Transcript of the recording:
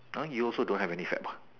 !huh! you also don't have any fad ah